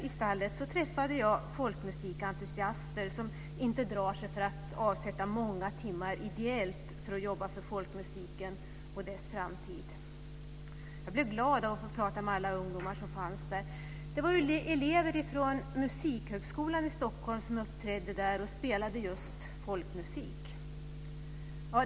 I Stallet träffade jag folkmusikentusiaster som inte drar sig för att avsätta många timmar för att jobba ideellt för folkmusiken och dess framtid. Jag blev glad av att få prata med alla ungdomar som fanns där. Det var elever från Musikhögskolan i Stockholm som uppträdde där och spelade just folkmusik.